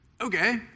okay